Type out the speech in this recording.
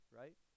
right